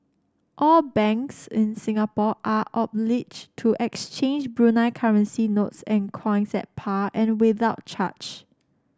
all banks in Singapore are obliged to exchange Brunei currency notes and coins at par and without charge